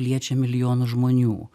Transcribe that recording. liečia milijonus žmonių